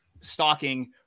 stalking